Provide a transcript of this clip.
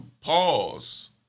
pause